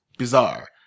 Bizarre